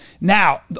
Now